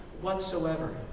whatsoever